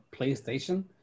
PlayStation